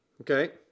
Okay